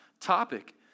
topic